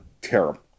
terrible